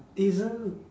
isn't